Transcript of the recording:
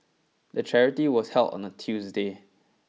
the charity was held on a Tuesday